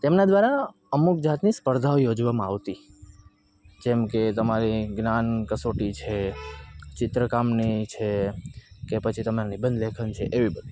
તેમના દ્વારા અમુક જાતની સ્પર્ધાઓ યોજવામાં આવતી જેમ કે તમારી જ્ઞાન કસોટી છે ચિત્રકામને એ છે કે પછી તમે નિબંધ લેખન છે એવી બધી